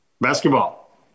Basketball